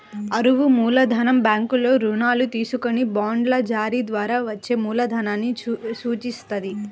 అరువు మూలధనం బ్యాంకుల్లో రుణాలు తీసుకొని బాండ్ల జారీ ద్వారా వచ్చే మూలధనాన్ని సూచిత్తది